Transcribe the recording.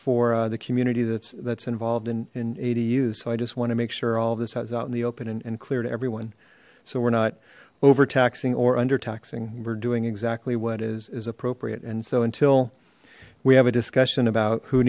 for the community that's that's involved in ad use so i just want to make sure all this has out in the open and clear everyone so we're not over taxing or under taxing we're doing exactly what is appropriate and so until we have a discussion about who